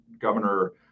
governor